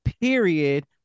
period